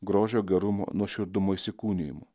grožio gerumo nuoširdumo įsikūnijimu